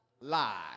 lie